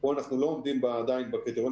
פה אנחנו לא עומדים עדיין בקריטריונים